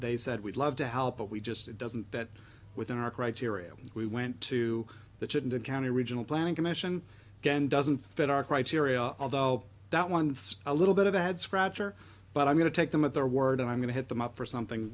they said we'd love to help but we just it doesn't fit within our criteria we went to that shouldn't a county regional planning commission again doesn't fit our criteria although that one it's a little bit of a head scratcher but i'm going to take them at their word and i'm going to hit them up for something